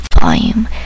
volume